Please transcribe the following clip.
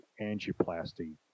angioplasty